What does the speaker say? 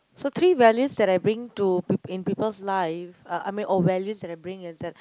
so three values that I bring to people in people's life uh I mean or values that I bring is that